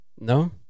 No